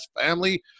family